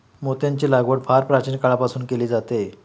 मोत्यांची लागवड फार प्राचीन काळापासून केली जाते